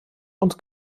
und